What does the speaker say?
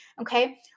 Okay